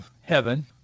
heaven